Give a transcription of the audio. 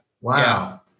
Wow